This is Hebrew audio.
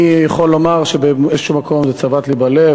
אני יכול לומר שבאיזשהו מקום זה צבט לי בלב,